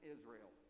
Israel